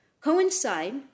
coincide